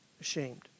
ashamed